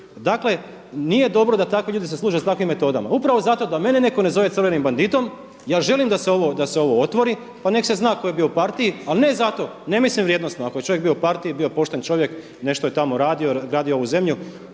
Dakle, nije dobro da takvi ljudi se služe sa takvim metodama upravo zato da mene netko ne zove crvenim banditom ja želim da se ovo otvori, pa nek' se zna tko je bio u partiji. Ali ne zato ne mislim vrijednosno ako je čovjek bio u partiji, bio pošten čovjek, nešto je tamo radio, gradio ovu zemlju.